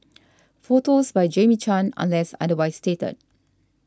photos by Jamie Chan unless otherwise stated